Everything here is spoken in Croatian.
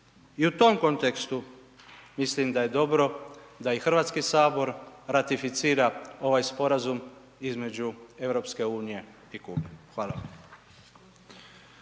I u tom kontekstu mislim da je dobro da i HS ratificira ovaj Sporazum između EU i Kube. Hvala